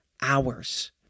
hours